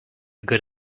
good